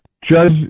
Judge